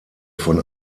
von